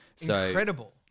incredible